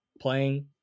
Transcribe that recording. playing